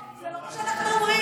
זה לא מה שאנחנו אומרים.